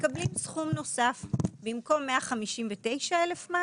מקבלים סכום נוסף: במקום מענק של 159,000 ₪